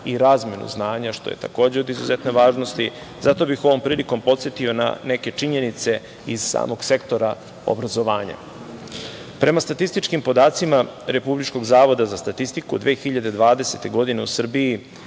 i razmenu znanja, što je takođe od izuzetne važnosti. Zato bih ovom prilikom podsetio na neke činjenice iz samog sektora obrazovanja. Prema statističkim podacima Republičkog zavoda za statistiku 2020. godine u Srbiji